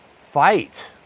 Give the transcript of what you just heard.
Fight